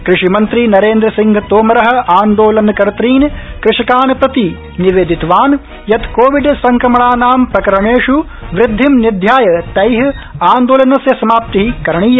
कृषि मन्त्री नरेन्द्र सिंह तोमर आन्दोलनकतृन् कृषकान् प्रति निवेदितवान् यत् कोविड संक्रमणानां प्रकरणेषु वृद्धि निध्याय तै आन्दोलनस्य समाप्ति करणीया